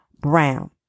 Brown